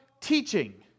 teaching